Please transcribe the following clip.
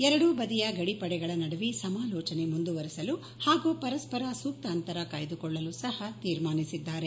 ಎರಡೂ ಬದಿಯ ಗದಿ ಪಡೆಗಳ ನಡುವೆ ಸಮಾಲೋಚನೆ ಮುಂದುವರೆಸಲು ಹಾಗೂ ಪರಸ್ಪರ ಸೂಕ್ತ ಅಂತರ ಕಾಯ್ದುಕೊಳ್ಳಲು ಸಹ ತೀರ್ಮಾನಿಸಿದ್ದಾರೆ